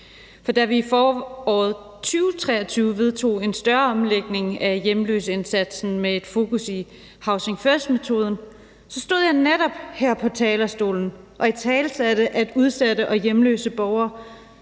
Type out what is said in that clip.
For da vi i foråret 2023 vedtog en større omlægning af hjemløseindsatsen med et fokus på housing first-metoden, stod jeg netop her på talerstolen og italesatte, at udsatte og hjemløse borgere